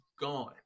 gone